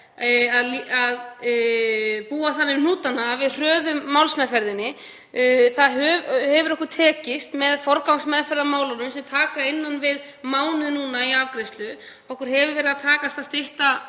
og búa þannig um hnútana að við hröðum málsmeðferðinni. Það hefur okkur tekist með forgangsmeðferðarmálunum sem taka innan við mánuð núna í afgreiðslu. Okkur hefur tekist að stytta